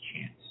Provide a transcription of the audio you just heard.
chance